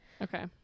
Okay